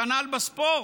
כנ"ל בספורט,